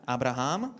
Abraham